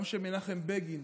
גם כשמנחם בגין